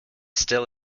still